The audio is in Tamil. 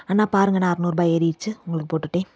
அண்ணா பாருங்கண்ணா அறுநூறு ரூபாய் ஏறிடுச்சு உங்களுக்கு போட்டுவிட்டேன்